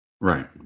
Right